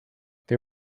they